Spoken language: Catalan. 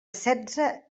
setze